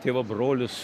tėvo brolis